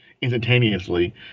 instantaneously